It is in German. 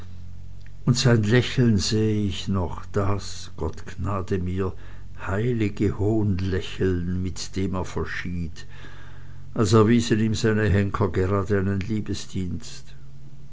und sein lächeln sehe ich noch das gott genade mir heilige hohnlächeln mit dem er verschied als erwiesen ihm seine henker